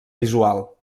visual